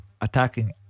attacking